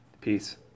Peace